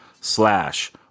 slash